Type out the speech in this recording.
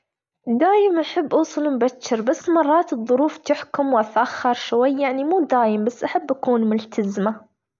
دايم أحب أوصل مبتر بس مرات الظروف تحكم وأتأخر شوي يعني مو بدايم بس أحب أكون ملتزمة.